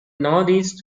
northeast